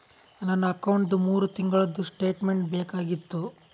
ನನ್ನ ಅಕೌಂಟ್ದು ಮೂರು ತಿಂಗಳದು ಸ್ಟೇಟ್ಮೆಂಟ್ ಬೇಕಾಗಿತ್ತು?